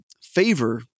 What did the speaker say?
favor